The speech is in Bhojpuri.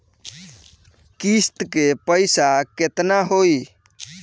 किस्त के पईसा केतना होई?